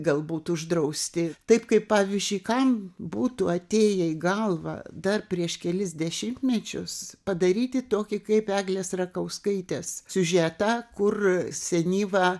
galbūt uždrausti taip kaip pavyzdžiui kam būtų atėję į galvą dar prieš kelis dešimtmečius padaryti tokį kaip eglės rakauskaitės siužetą kur senyva